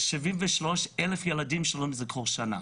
73,000 ילדים לומדים כל שנה.